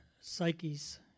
psyches